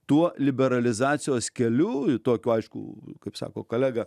tuo liberalizacijos keliu tokiu aišku kaip sako kolega